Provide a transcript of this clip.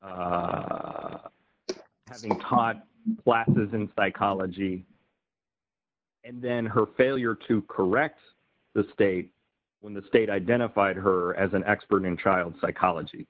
her having caught glasses in psychology and then her failure to correct the state when the state identified her as an expert in child psychology